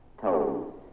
toes